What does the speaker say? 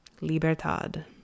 Libertad